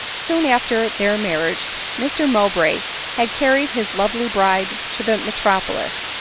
soon after their marriage, mr mowbray had carried his lovely bride to the metropolis,